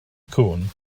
cŵn